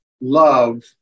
love